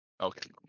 Okay